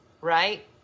right